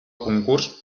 concurs